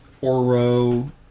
Oro